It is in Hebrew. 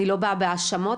אני לא באה בהאשמות,